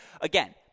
again